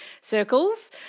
circles